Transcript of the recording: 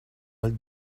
dels